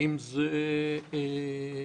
האם אלה